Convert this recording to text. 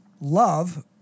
love